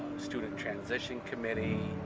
student transition committee,